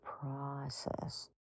process